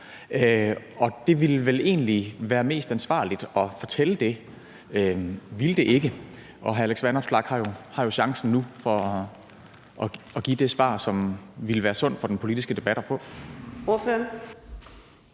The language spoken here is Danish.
Det ville vel egentlig være mest ansvarligt at fortælle det, ville det ikke? Hr. Alex Vanopslagh har jo chancen nu for at give det svar, som det ville være sundt for den politiske debat at få.